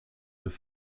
deux